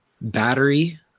battery